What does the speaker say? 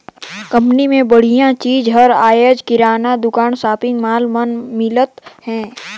company के बड़िहा चीज हर आयज किराना दुकान, सॉपिंग मॉल मन में मिलत हे